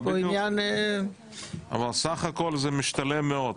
יש פה עניין- -- אבל בסף הכל זה משתלם מאוד,